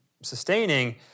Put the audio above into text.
sustaining